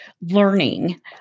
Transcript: learning